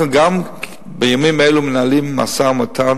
אנחנו גם מנהלים בימים אלו משא-ומתן